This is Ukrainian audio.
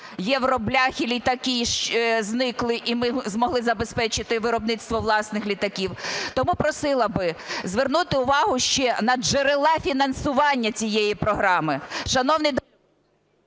"євробляхи-літаки" зникли, і ми змогли забезпечити виробництво власних літаків. Тому просила би звернути увагу ще на джерела фінансування цієї програми.